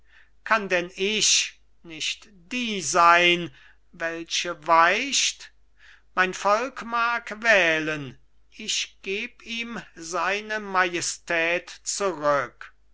kann denn ich nicht die sein welche weicht mein volk mag wählen ich geb ihm seine majestät zurück